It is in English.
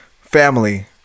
family